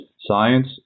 Science